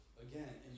Again